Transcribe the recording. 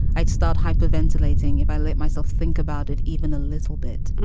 i'd start hyperventilating if i let myself think about it even a little bit.